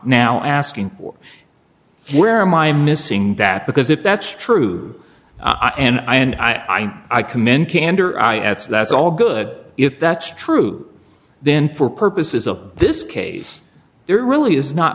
now asking or where my missing that because if that's true and i and i commend candor i it's that's all good if that's true then for purposes of this case there really is not